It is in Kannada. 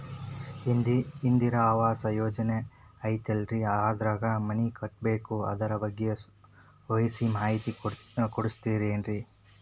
ಇಂದಿರಾ ಆವಾಸ ಯೋಜನೆ ಐತೇಲ್ರಿ ಅದ್ರಾಗ ಮನಿ ಕಟ್ಬೇಕು ಅದರ ಬಗ್ಗೆ ಒಸಿ ಮಾಹಿತಿ ಕೊಡ್ತೇರೆನ್ರಿ?